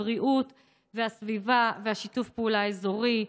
הסביבה ושיתוף הפעולה האזורי.